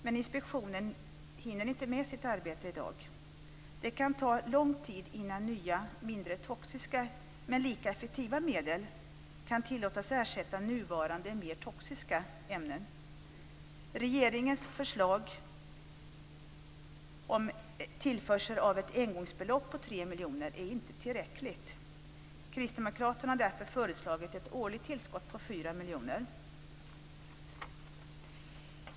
Men inspektionen hinner inte med sitt arbete i dag. Det kan ta lång tid innan nya mindre toxiska, men lika effektiva medel kan tillåtas ersätta nuvarande mera toxiska ämnen. Regeringens förslag om tillförsel av ett engångsbelopp på 3 miljoner är inte tillräckligt. Kristdemokraterna har därför föreslagit ett årligt tillskott på 4 miljoner.